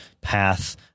path